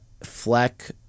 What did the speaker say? Fleck